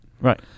Right